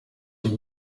abo